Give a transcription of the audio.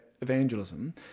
evangelism